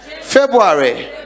February